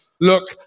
look